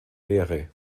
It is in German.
lehre